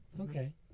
okay